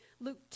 Luke